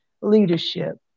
leadership